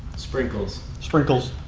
sprinkles? sprinkles.